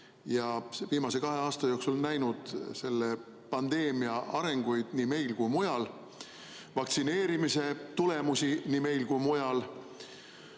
ja viimase kahe aasta jooksul näinud selle pandeemia arenguid nii meil kui mujal, vaktsineerimise tulemusi nii meil kui mujal.